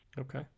Okay